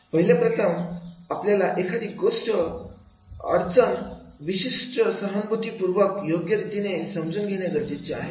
पहिले प्रथम आपल्याला एखादी विशिष्ट अडचण सहानुभूतीपूर्वक योग्य रीतीने समजून घेणे गरजेचे आहे